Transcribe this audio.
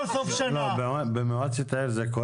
כל סוף שנה --- זה קורה במועצת העיר,